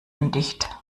undicht